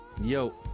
Yo